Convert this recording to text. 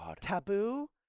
taboo